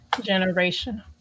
generation